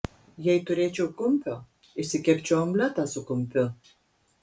jei turėčiau kumpio išsikepčiau omletą su kumpiu